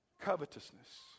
covetousness